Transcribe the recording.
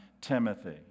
Timothy